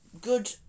Good